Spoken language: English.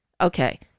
Okay